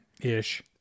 Ish